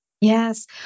Yes